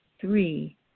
Three